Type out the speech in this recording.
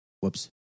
whoops